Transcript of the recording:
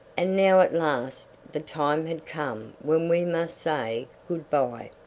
and now at last the time had come when we must say good-bye!